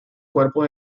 cuerpo